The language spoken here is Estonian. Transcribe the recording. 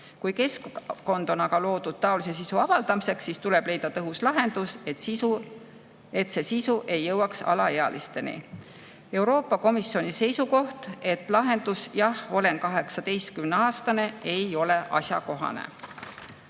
Kui keskkond on loodud [pornograafilise] sisu avaldamiseks, siis tuleb leida tõhus lahendus, et see sisu ei jõuaks alaealisteni. Euroopa Komisjoni seisukoht on, et [kinnitus] "Jah, olen 18-aastane" ei ole asjakohane